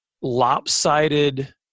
lopsided